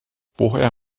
woher